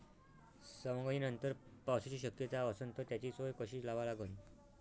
सवंगनीनंतर पावसाची शक्यता असन त त्याची सोय कशी लावा लागन?